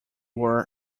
were